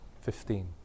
Fifteen